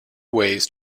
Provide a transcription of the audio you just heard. ways